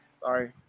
Sorry